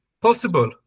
possible